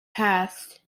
passed